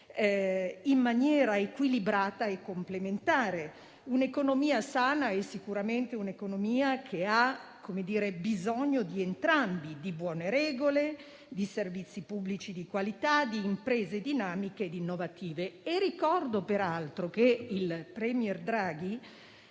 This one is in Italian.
in maniera equilibrata e complementare. Un'economia sana è sicuramente un'economia che ha bisogno di entrambi gli aspetti: di buone regole, di servizi pubblici di qualità e di imprese dinamiche ed innovative. Ricordo, peraltro, che il *premier* Draghi